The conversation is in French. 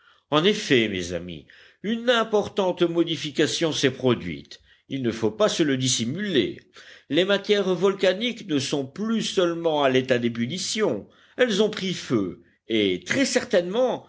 en effet mes amis une importante modification s'est produite il ne faut pas se le dissimuler les matières volcaniques ne sont plus seulement à l'état d'ébullition elles ont pris feu et très certainement